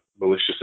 malicious